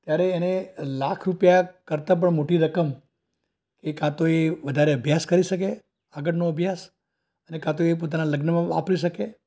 ત્યારે એને લાખ રૂપિયા કરતાં પણ મોટી રકમ એ કાં તો એ વધારે અભ્યાસ કરી શકે આગળનો અભ્યાસ અને કાં તો એ પોતાનાં લગ્નમાં વાપરી શકે